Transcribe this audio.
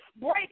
break